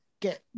get